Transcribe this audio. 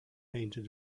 painted